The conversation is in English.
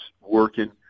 working